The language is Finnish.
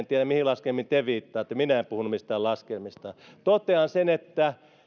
tiedä mihin laskelmiin te viittaatte minä en puhunut mistään laskelmista totean että